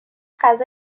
غذا